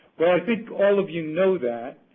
well, i think all of you know that.